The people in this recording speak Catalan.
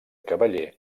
cavaller